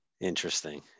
Interesting